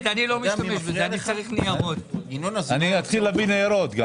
התוכנית השנייה